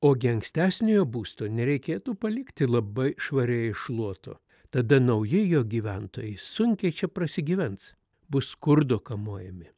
ogi ankstesniojo būsto nereikėtų palikti labai švariai iššluoto tada nauji jo gyventojai sunkiai čia prasigyvens bus skurdo kamuojami